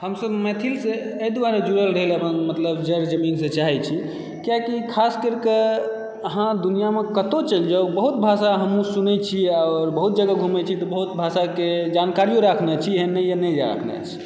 हमसभ मैथिलसँ एहि दुआरे जुड़ल रहै लऽ मतलब जड़ जमीनसँ चाहै छी किआकि खास करिके अहाँ दुनिआमे कतहुँ चलि जाउ बहुत भाषा हमहुँ सुनैत छी आओर बहुत जगह घुमैत छी तऽ बहुत भाषाकेँ जानकारियो राखने छी एहन नहिए नहिए